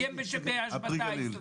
הוא איים בהשבתה על ההסתדרות.